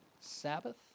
Sabbath